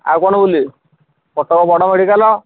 ଆଉ କ'ଣ ବୁଲିବେ କଟକ ବଡ଼ ମେଡ଼ିକାଲ୍